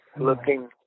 looking